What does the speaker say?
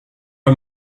are